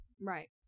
Right